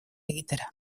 egitera